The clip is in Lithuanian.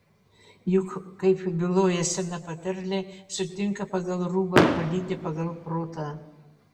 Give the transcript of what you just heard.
juk kaip byloja sena patarlė sutinka pagal rūbą palydi pagal protą